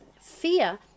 Fear